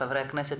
לחברי הכנסת,